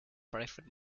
private